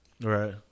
Right